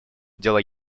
дело